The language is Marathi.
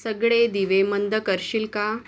सगळे दिवे मंद करशील का